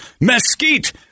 mesquite